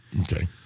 Okay